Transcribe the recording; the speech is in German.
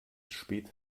spät